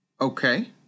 Okay